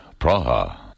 Praha